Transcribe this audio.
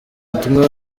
butumwa